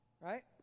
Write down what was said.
Right